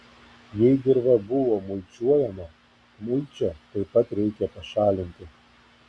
jei dirva buvo mulčiuojama mulčią taip pat reikia pašalinti